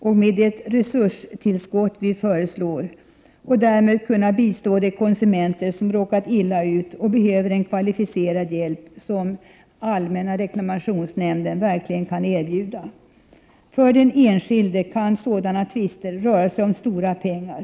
Vi föreslår ett resurstillskott för att nämnden därmed kan bistå de konsumenter som råkat illa ut och behöver en kvalificerad hjälp, som allmänna reklamationsnämnden verkligen kan erbjuda. För den enskilde kan tvister röra sig om stora pengar.